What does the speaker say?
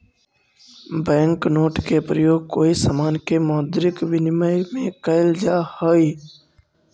bank note के प्रयोग कोई समान के मौद्रिक विनिमय में कैल जा हई